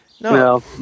no